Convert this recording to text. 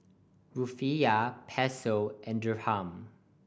Rufiyaa Peso and Dirham